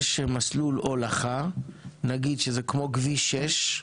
יחד מסלול הולכה, נגיד שזה כמו כביש 6,